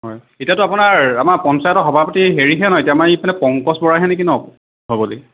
হয় এতিয়াটো আপোনাৰ আমাৰ পঞ্চায়তৰ সভাপতি হেৰি হে হয় ন আমাৰ ইপিনৰ পংকজ বৰাহে নিকি ন সভাপতি